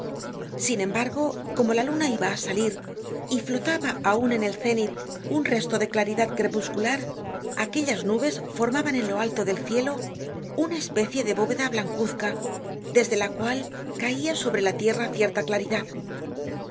sin embargo como la luna iba á salir y flotaba aun en el cenit un resto de claridad crepuscular aquellas nubes formaban en lo alto del cielo una especie de bóveda blancuzca desde la cual caia sobre la tierra cierta claridad